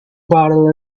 bottle